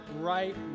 right